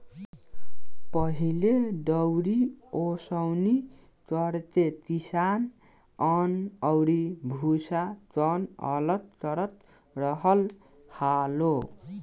पहिले दउरी ओसौनि करके किसान अन्न अउरी भूसा, कन्न अलग करत रहल हालो